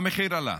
המחיר עלה.